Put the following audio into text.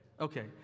Okay